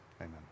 Amen